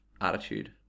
attitude